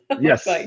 yes